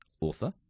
author